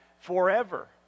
forever